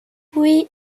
oui